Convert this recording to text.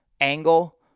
angle